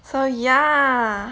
so ya